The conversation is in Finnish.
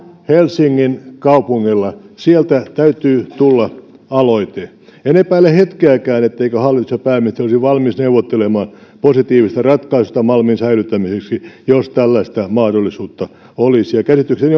helsingin kaupungilla sieltä täytyy tulla aloite en epäile hetkeäkään etteivätkö hallitus ja pääministeri olisi valmiita neuvottelemaan positiivisesta ratkaisusta malmin säilyttämiseksi jos tällaista mahdollisuutta olisi käsitykseni